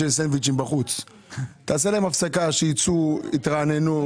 תעשה הפסקה, שייצאו, יתרעננו.